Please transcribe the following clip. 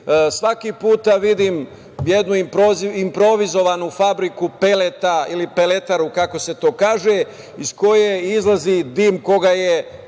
svaki put vidim jednu improvizovanu fabriku peleta ili peletaru kako se to kaže iz koje izlazi dim koga je